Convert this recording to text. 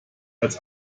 als